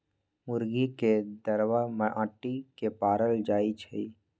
मुर्गी के दरबा माटि के पारल जाइ छइ